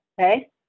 Okay